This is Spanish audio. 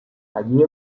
allí